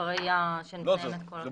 אחרי שנסיים את כל --- לא,